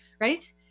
right